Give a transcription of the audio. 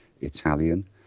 Italian